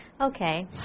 Okay